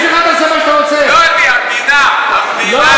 אנשים החליטו למסור נפש על לימוד תורה,